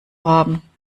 haben